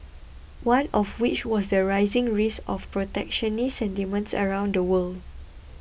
one of which was the rising risk of protectionist sentiments around the world